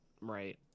Right